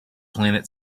planet